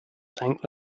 tank